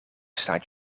staat